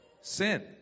sin